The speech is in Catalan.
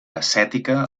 ascètica